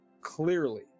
clearly